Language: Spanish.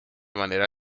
manera